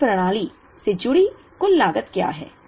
अब इस प्रणाली से जुड़ी कुल लागत क्या है